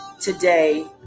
today